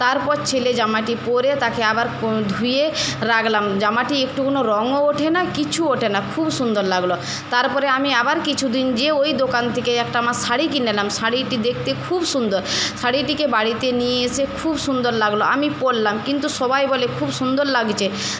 তারপর ছেলে জামাটি পরে তাকে আবার ধুয়ে রাখলাম জামাটি একটুকুনও রঙও ওঠে না কিছু ওঠে না খুব সুন্দর লাগলো তারপরে আমি আবার কিছুদিন গিয়ে ওই দোকান থেকে একটা আমার শাড়ি কিনে আনলাম শাড়িটি দেখতে খুব সুন্দর শাড়িটিকে বাড়িতে নিয়ে এসে খুব সুন্দর লাগলো আমি পরলাম কিন্তু সবাই বলে খুব সুন্দর লাগছে